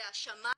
זה השמאי.